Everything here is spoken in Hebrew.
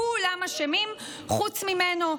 כולם אשמים חוץ ממנו.